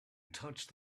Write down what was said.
touched